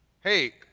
Hey